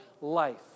life